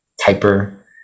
typer